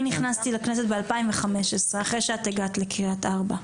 אני נכנסתי לכנסת ב-2015 אחרי שאת הגעת לקריית ארבע.